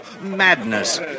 Madness